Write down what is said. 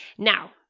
Now